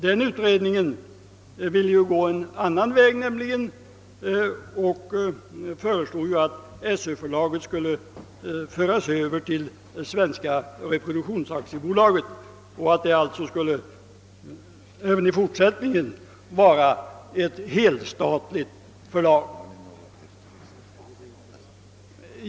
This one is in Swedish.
Den utredningen ville nämligen gå en annan väg och föreslog att Söförlaget skulle överföras till Svenska reproduktions AB och att det alltså även i fortsättningen skulle vara ett helstatligt förlag.